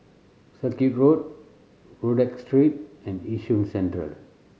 Circuit Road Rodyk Street and Yishun Central